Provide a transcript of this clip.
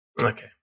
Okay